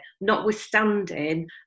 notwithstanding